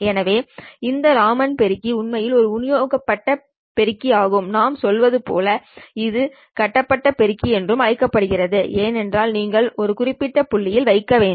எனவே இந்த ராமன் பெருக்கி உண்மையில் ஒரு விநியோகிக்கப்பட்ட பெருக்கி ஆகும் நாம் சொல்வது போல் இது கட்டப்பட்ட பெருக்கி என்றும் அழைக்கப்படுகிறது ஏனென்றால் நீங்கள் இதை ஒரு குறிப்பிட்ட புள்ளியில் வைக்க வேண்டும்